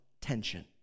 tension